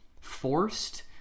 forced